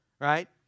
right